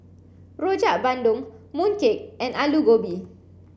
Rojak Bandung Mooncake and Aloo Gobi